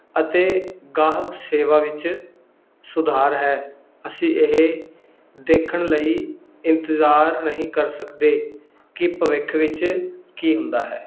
ਅਤੇ ਗਾਹਕ ਸੇਵਾ ਵਿੱਚ ਸੁਧਾਰ ਹੈ ਅਸੀਂ ਇਹ ਦੇਖਣ ਲਈ ਇੰਤਜ਼ਾਰ ਨਹੀਂ ਕਰ ਸਕਦੇ ਕਿ ਭਵਿੱਖ ਵਿੱਚ ਕੀ ਹੁੰਦਾ ਹੈ